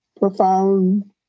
profound